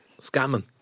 Scamming